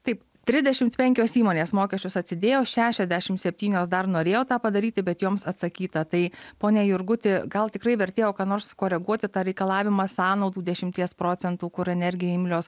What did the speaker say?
taip tridešimt penkios įmonės mokesčius atsidėjo šešiadešim septynios dar norėjo tą padaryti bet joms atsakyta tai pone jurguti gal tikrai vertėjo ką nors koreguoti tą reikalavimą sąnaudų dešimties procentų kur energijai imlios